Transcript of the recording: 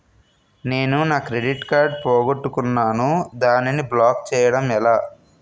నేను నా credit card పోగొట్టుకున్నాను దానిని బ్లాక్ చేయడం ఎలా?